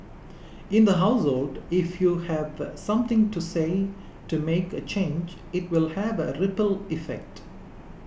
in the household if you've something to say to make a change it will have a ripple effect